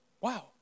Wow